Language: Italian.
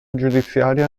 giudiziaria